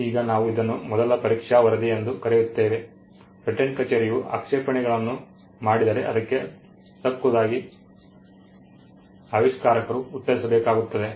ಈಗ ನಾವು ಇದನ್ನು ಮೊದಲ ಪರೀಕ್ಷಾ ವರದಿ ಎಂದು ಕರೆಯುತ್ತೇವೆ ಪೇಟೆಂಟ್ ಕಚೇರಿಯೂ ಆಕ್ಷೇಪಣೆಗಳನ್ನು ಮಾಡಿದರೆ ಅದಕ್ಕೆ ತಕ್ಕುದಾಗಿ ಆವಿಷ್ಕಾರಕರು ಉತ್ತರಿಸಬೇಕಾಗುತ್ತದೆ